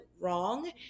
wrong